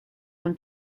own